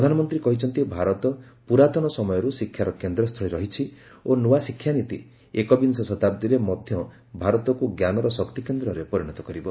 ପ୍ରଧାନମନ୍ତ୍ରୀ କହିଛନ୍ତି ଭାରତ ପୁରାତନ ସମୟରୁ ଶିକ୍ଷାର କେନ୍ଦ୍ରସ୍ଥଳୀ ରହିଛି ଓ ନୂଆ ଶିକ୍ଷାନୀତି ଏକବିଂଶ ଶତାବ୍ଦୀରେ ମଧ୍ୟ ଭାରତକୁ ଞ୍ଜାନର ଶକ୍ତି କେନ୍ଦ୍ରରେ ପରିଣତ କରିବ